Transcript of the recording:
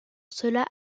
cela